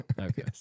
Okay